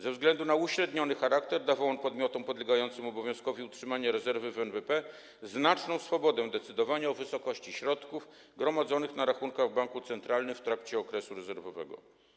Ze względu na uśredniony charakter dawał on podmiotom podlegającym obowiązkowi utrzymania rezerwy w NBP znaczną swobodę decydowania o wysokości środków gromadzonych na rachunkach w banku centralnym w trakcie okresu rezerwowego.